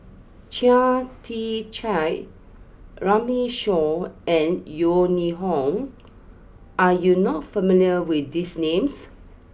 Chia Tee Chiak Runme Shaw and Yeo Ning Hong are you not familiar with these names